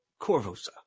Corvosa